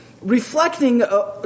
reflecting